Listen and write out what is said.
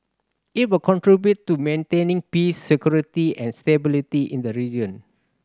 it will contribute to maintaining peace security and stability in the region